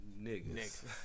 Niggas